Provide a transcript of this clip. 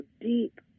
deep